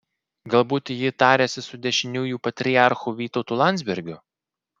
galbūt ji tariasi su dešiniųjų patriarchu vytautu landsbergiu